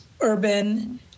urban